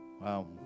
Wow